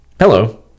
Hello